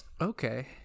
okay